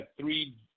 three